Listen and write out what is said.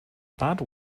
bad